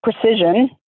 precision